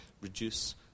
reduce